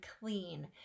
clean